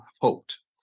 hoped